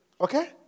Okay